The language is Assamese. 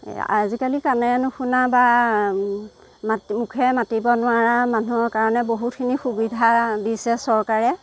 আজিকালি কাণেৰে নুশুনা বা মা মুখেৰে মাতিব নোৱাৰা মানুহৰ কাৰণে বহুতখিনি সুবিধা দিছে চৰকাৰে